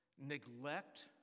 neglect